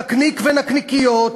נקניק ונקניקיות,